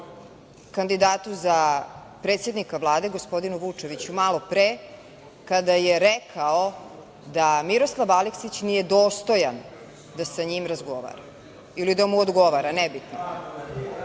kandidatu za predsednika Vlade gospodinu Vučeviću malopre kada je rekao da Miroslav Aleksić nije dostojan da sa njim razgovara ili da mu odgovara, nebitno. Moram